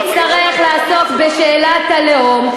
אם נצטרך לעסוק בשאלת הלאום,